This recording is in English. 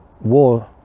war